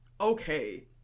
okay